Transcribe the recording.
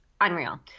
unreal